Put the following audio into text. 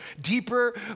deeper